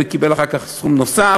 וקיבל אחר כך סכום נוסף,